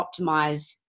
optimize